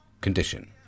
condition